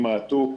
מוני מעתוק.